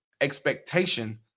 expectation